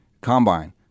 combine